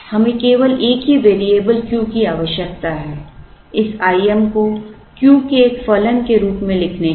हमें केवल एक ही वैरिएबल Q की आवश्यकता है इस I m को Q के एक फलन के रूप में लिखने के लिए